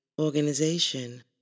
organization